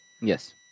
Yes